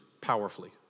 powerfully